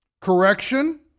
correction